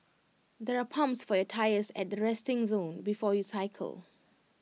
there are pumps for your tyres at the resting zone before you cycle